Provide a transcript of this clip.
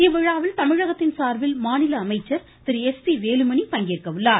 இவ்விழாவில் தமிழகத்தின் சார்பில் மாநில அமைச்சர் திரு எஸ் பி வேலுமணி பங்கேற்கிறார்